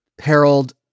Harold